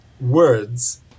words